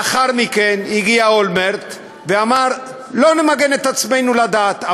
לאחר מכן הגיע אולמרט ואמר: לא נמגן עצמנו לדעת,